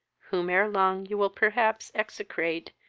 whom ere long you will perhaps execrate,